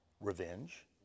revenge